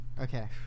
Okay